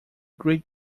great